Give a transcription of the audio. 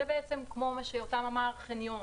זה כמו מה שיותם אמר חניון.